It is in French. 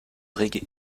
reggae